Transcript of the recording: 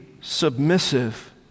submissive